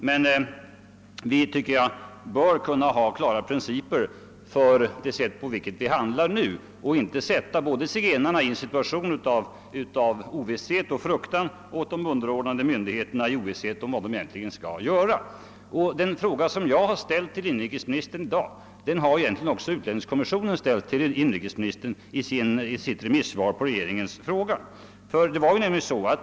Men vi bör, tycker jag, kunna ha klara principer för det sätt på vilket vi handlar nu och inte försätta zigenarna i en situation av ovisshet och fruktan och de underordnade myndigheterna i en situation av ovisshet om vad de skall göra. Den fråga jag ställt till inrikesministern har egentligen utlänningskommissionen ställt i sitt remissvar på en fråga från regeringen.